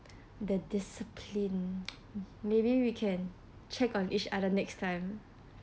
the discipline maybe we can check on each other next time